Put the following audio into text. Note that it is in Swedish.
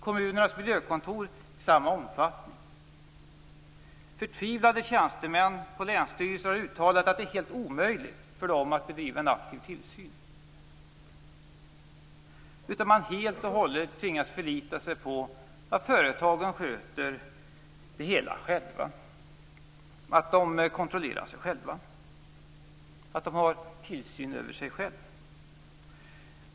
Kommunernas miljökontor skärs ned i samma omfattning. Förtvivlade tjänstemän på länsstyrelser har uttalat att det är helt omöjligt för dem att utöva en aktiv tillsyn. Man tvingas helt och hållet att förlita sig på att företagen kontrollerar sig själva och har tillsyn över sig själva.